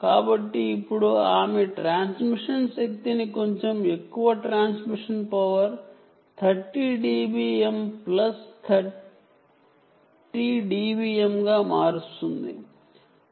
కాబట్టి ఇప్పుడు ఆమె ట్రాన్స్మిషన్ శక్తిని కొంచెం ఎక్కువ సుమారు ప్లస్ 30 డిబిఎమ్ గా మారుస్తుంది